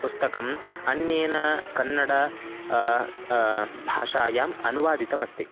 पुस्तकम् अन्येन कन्नड भाषायाम् अनुवादितमस्ति